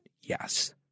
Yes